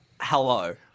hello